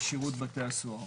שירות בתי הסוהר.